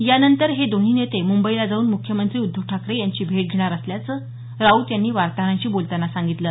यानंतर हे दोन्ही नेते मुंबईला जाऊन मुख्यमंत्री उद्धव ठाकरे यांची भेट घेणार असल्याचं राऊत यांनी वार्ताहरांशी बोलतांना सांगितलं